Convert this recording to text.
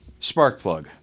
Sparkplug